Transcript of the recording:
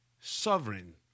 Sovereign